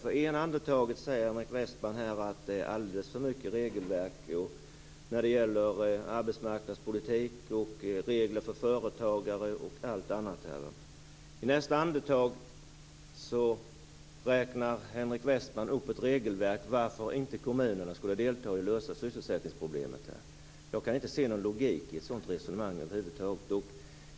I det ena andetaget säger Henrik Westman att det är alldeles för mycket regelverk när det gäller arbetsmarknadspolitik, regler för företagare och annat. I nästa andetag tar han upp ett regelverk när det gäller varför inte kommunerna skall delta i arbetet med att lösa sysselsättningsproblemet. Jag kan över huvud taget inte se någon logik i ett sådant resonemang.